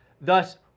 thus